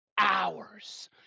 hours